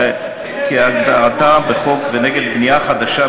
אדוני השר,